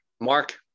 Mark